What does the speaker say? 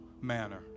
manner